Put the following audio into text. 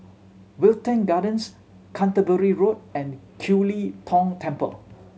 Wilton Gardens Canterbury Road and Kiew Lee Tong Temple